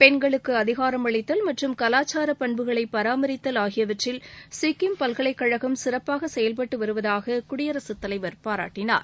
பெண்களுக்கு அதிகாரமளித்தல் மற்றும் கலாச்சார பண்புகளை பராமரித்தல் ஆகியவற்றில் சிக்கிம் பல்கலைக்கழகம் சிறப்பாக செயல்பட்டு வருவதாக குடியரசுத்தலைவர் பாராட்டினார்